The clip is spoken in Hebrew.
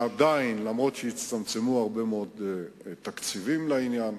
שאף שהצטמצמו הרבה מאוד תקציבים לעניין,